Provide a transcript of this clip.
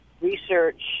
research